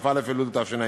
כ"א אלול התשע"ג,